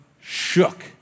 shook